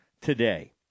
today